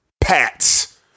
Pats